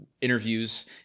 interviews